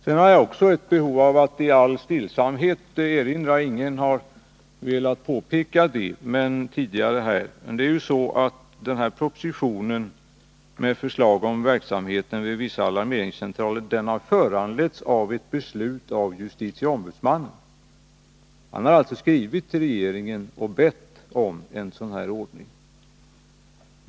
Sedan har jag också ett behov av att i all stillsamhet påpeka — ingen har tidigare tagit upp det — att den här propositionen med förslag om verksamheten vid vissa alarmeringscentraler föranletts av ett beslut av justitieombudsmannen. Han har alltså skrivit till regeringen och bett om den här åtgärden.